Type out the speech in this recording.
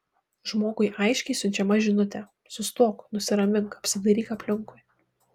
žmogui aiškiai siunčiama žinutė sustok nusiramink apsidairyk aplinkui